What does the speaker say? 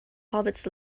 hobbits